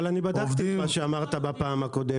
אבל אני בדקתי את מה שאמרת בפעם הקודמת.